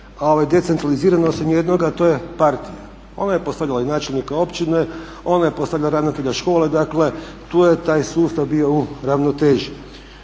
bilo sve decentralizirano osim jednoga, a to je partija. Ona je postavljala i načelnika općine, ona je postavljala ravnatelja škole. Dakle, tu je taj sustav bio u ravnoteži.